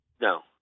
No